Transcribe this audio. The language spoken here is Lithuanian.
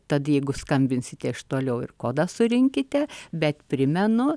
tad jeigu skambinsite iš toliau ir kodą surinkite bet primenu